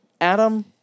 Adam